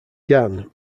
gan